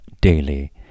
daily